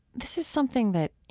this is something that, you